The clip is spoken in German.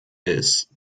ist